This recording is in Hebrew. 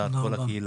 בצער כל הקהילה.